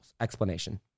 Explanation